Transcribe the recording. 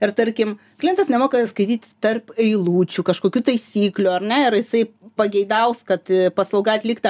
ir tarkim klientas nemoka skaityti tarp eilučių kažkokių taisyklių ar ne ir jisai pageidaus kad paslauga atlikta